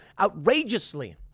outrageously